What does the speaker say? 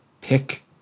pick